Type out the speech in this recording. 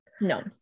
No